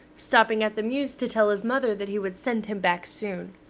stopping at the mews to tell his mother that he would send him back soon.